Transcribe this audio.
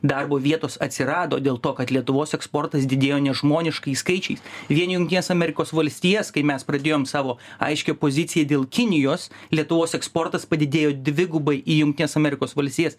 darbo vietos atsirado dėl to kad lietuvos eksportas didėjo nežmoniškais skaičiais vien jungtines amerikos valstijas kai mes pradėjom savo aiškią poziciją dėl kinijos lietuvos eksportas padidėjo dvigubai į jungtines amerikos valstijas